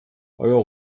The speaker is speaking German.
euer